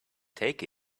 take